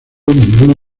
ninguna